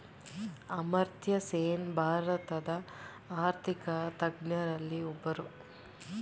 ಅಮರ್ತ್ಯಸೇನ್ ಭಾರತದ ಆರ್ಥಿಕ ತಜ್ಞರಲ್ಲಿ ಒಬ್ಬರು